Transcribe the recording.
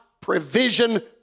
provision